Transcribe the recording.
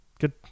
good